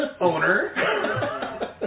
owner